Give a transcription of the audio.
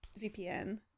VPN